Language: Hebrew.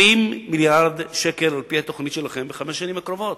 70 מיליארד שקל על-פי התוכנית שלכם בחמש השנים הקרובות.